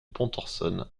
pontorson